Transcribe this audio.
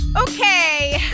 Okay